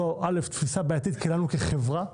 זו א', תפיסה בעייתית לנו כחברה,